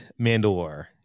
Mandalore